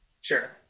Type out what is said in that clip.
Sure